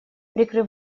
прикрыв